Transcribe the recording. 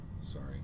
Sorry